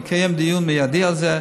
יקיים דיון מיידי על זה,